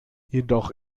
jedoch